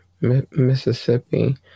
Mississippi